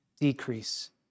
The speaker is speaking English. decrease